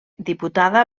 diputada